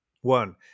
one